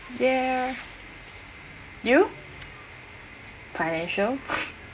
ya you financial